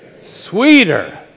sweeter